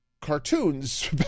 cartoons